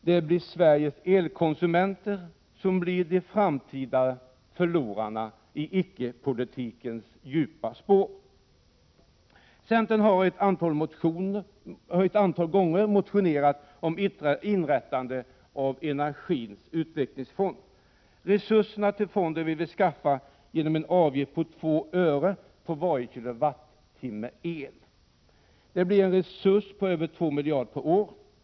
Det är Sveriges elkonsumenter som blir de framtida förlorarna i icke-politikens djupa spår. Centern har ett antal gånger motionerat om inrättande av Energins Utvecklingsfond. Resurser till fonden vill vi skaffa genom en avgift på 2 öre per kWh el. Det blir en resurs på över 2 miljarder per år.